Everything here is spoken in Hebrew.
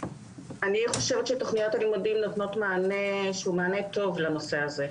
אני חושבת שתכניות הלימודים נותנות מענה שהוא מענה טוב לנושא הזה.